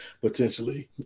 potentially –